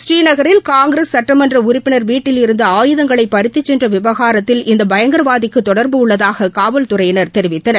புநீநகரில் காங்கிரஸ் சட்டமன்ற உறப்பினர் வீட்டில் இருந்த ஆயுதங்களை பறித்துச் சென்ற விவகாரத்தில் இந்த பயங்கரவாதிக்கு தொடர்பு உள்ளதாக காவல்துறையினர் தெரிவித்தனர்